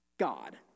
God